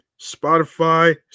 Spotify